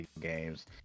games